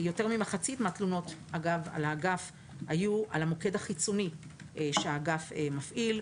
יותר ממחצית מהתלונות על האגף היו על המוקד החיצוני שהאגף מפעיל,